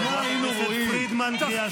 חברת הכנסת פרידמן, קריאה שנייה.